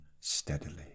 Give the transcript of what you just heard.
steadily